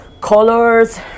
colors